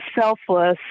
selfless